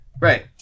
Right